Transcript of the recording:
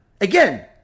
again